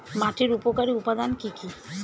মাটির উপকারী উপাদান কি কি?